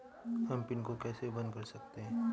हम पिन को कैसे बंद कर सकते हैं?